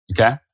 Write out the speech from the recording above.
Okay